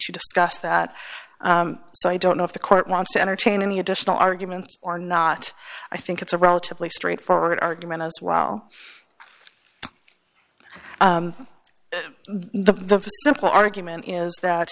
to discuss that so i don't know if the court wants to entertain any additional arguments or not i think it's a relatively straightforward argument as well the simple argument is that